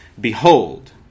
Behold